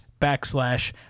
backslash